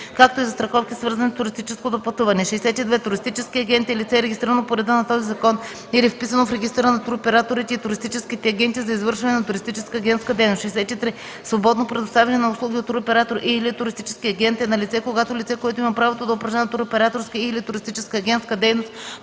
както и застраховки, свързани с туристическото пътуване. 62. „Туристически агент” е лице, регистрирано по реда на този закон или вписано в Регистъра на туроператорите и туристическите агенти за извършване на туристическа агентска дейност. 63. „Свободно предоставяне на услуги от туроператор и/или туристически агент” е налице, когато лице, което има правото да упражнява туроператорска и/или туристическа агентска дейност